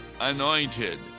Anointed